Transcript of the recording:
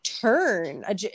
turn